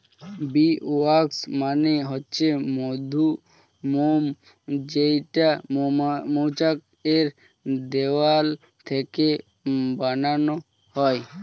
bee wax মানে হচ্ছে মধুমোম যেইটা মৌচাক এর দেওয়াল থেকে বানানো হয়